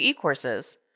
courses